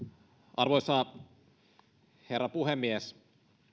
arvoisa herra puhemies